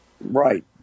Right